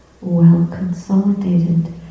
well-consolidated